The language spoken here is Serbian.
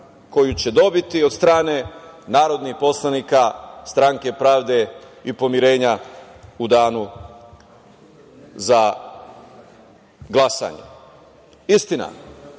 koju će dobiti od strane narodnih poslanika Stranke pravde i pomirenja u danu za glasanje. Istina,